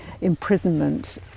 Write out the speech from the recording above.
imprisonment